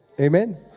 Amen